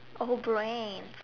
oh brain